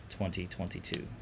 2022